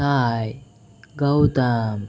Sai Gautam